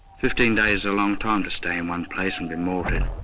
fifteen days long time to stay in one place and be mortared.